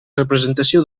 representació